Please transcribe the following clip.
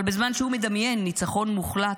אבל בזמן שהוא מדמיין ניצחון מוחלט,